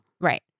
Right